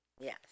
Yes